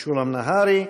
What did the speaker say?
משולם נהרי.